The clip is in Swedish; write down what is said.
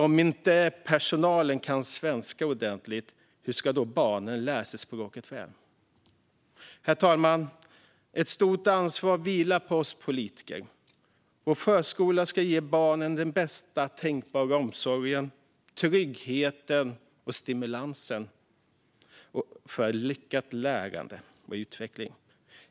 Om inte personalen kan svenska ordentligt, hur ska då barnen lära sig språket väl? Herr talman! Ett stort ansvar vilar på oss politiker. Svensk förskola ska ge barn bästa tänkbara omsorg, trygghet och stimulans för lyckat lärande och utveckling.